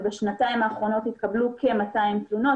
ובשנתיים האחרונות התקבלו כ-200 תלונות.